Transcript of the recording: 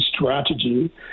strategy